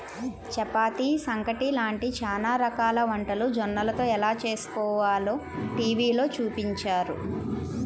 చపాతీ, సంగటి లాంటి చానా రకాల వంటలు జొన్నలతో ఎలా చేస్కోవాలో టీవీలో చూపించారు